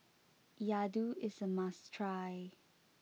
Laddu is a must try